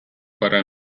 parę